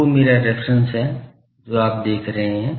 2 मेरा रेफेरेंस है जो आप देख रहे हैं